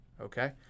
Okay